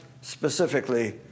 specifically